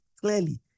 clearly